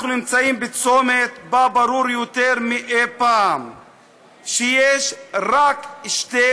אנחנו נמצאים בצומת שבו ברור יותר מאי-פעם שיש רק שתי